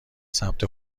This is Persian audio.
ثبت